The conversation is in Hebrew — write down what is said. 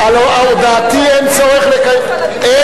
מי יכול להקשיב, על הודעתי אין צורך לקיים דיון.